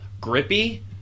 Grippy